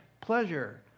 pleasure